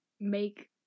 make